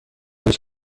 هیچ